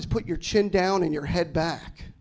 is put your chin down in your head back